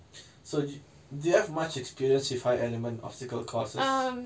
so do you have much experience with high element obstacle courses